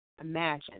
Imagine